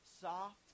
soft